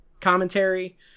commentary